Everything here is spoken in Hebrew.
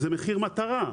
זה מחיר מטרה.